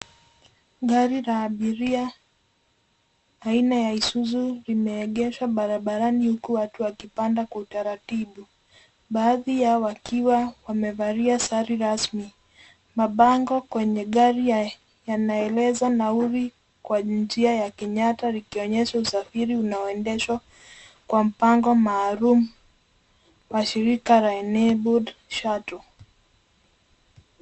Gari la abiria aina ya Isuzu limeegeshwa barabarani huku watu wakipanda kwa utaratibu. Baadhi yao wakiwa wamevalia sare rasmi. Mabango kwenye gari yanaeleza nauli kwa njia ya Kenyatta likionyesha usafiri unaoendeshwa kwa mpango maalum wa shirika la Enabled Shuttle.